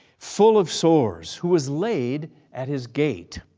full of sores, who was laid at his gate,